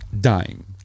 dying